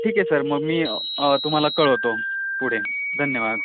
ठीक आहे सर मग मी तुम्हाला कळवतो पुढे धन्यवाद